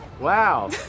Wow